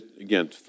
again